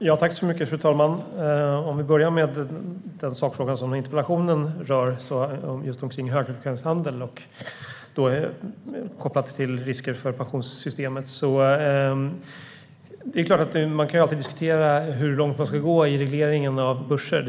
Fru talman! Låt oss börja med den sakfråga som interpellationen rör, frågan om högfrekvenshandel kopplat till risker för pensionssystemet. Man kan alltid diskutera hur långt man ska gå i regleringen av börser.